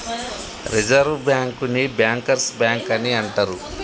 reserve బ్యాంకుని bankers bank అని అంటరు